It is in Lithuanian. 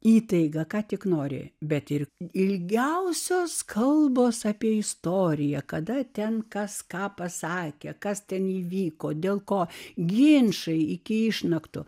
įtaiga ką tik nori bet ir ilgiausios kalbos apie istoriją kada ten kas ką pasakė kas ten įvyko dėl ko ginčai iki išnaktų